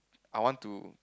I want to